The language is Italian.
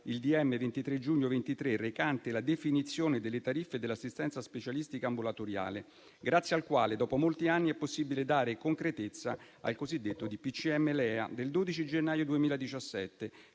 23 giugno 2023, recante la definizione delle tariffe dell'assistenza specialistica ambulatoriale, grazie al quale, dopo molti anni, è possibile dare concretezza al decreto del Presidente